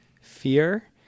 fear